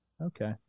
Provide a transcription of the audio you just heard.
Okay